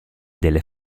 delle